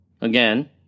Again